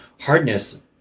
hardness